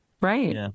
right